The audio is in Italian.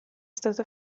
stato